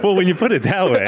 but when you put it that